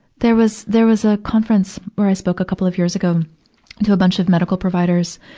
there was, there was a conference where i spoke a couple of years ago to a bunch of medical providers,